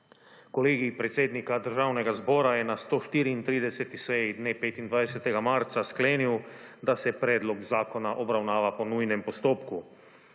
Kolegij predsednika Državnega zbora je na 134. seji dne 25. marca sklenil, da se predlog zakona obravnava po nujnem postopku.